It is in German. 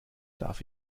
darf